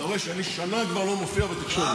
אתה רואה שאני שנה כבר לא מופיע בתקשורת.